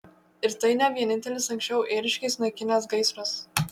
ir tai ne vienintelis anksčiau ėriškes naikinęs gaisras